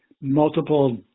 multiple